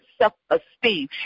self-esteem